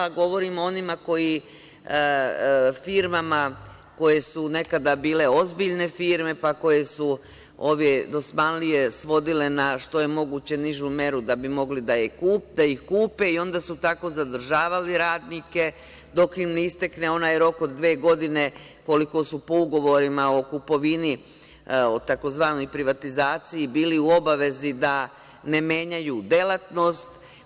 Govorim o onim firmama koje su nekada bile ozbiljne firme, pa koje su ove dosmanlije svodile na što je moguće nižu meru da bi mogli da ih kupe i onda su tako zadržavali radnike dok im ne istekne onaj rok od dve godine koliko su po ugovorima o kupovini tzv. privatizaciji bili u obavezi da ne menjaju delatnost.